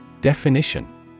Definition